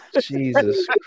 Jesus